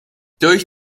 durch